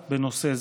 לעת.